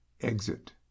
exit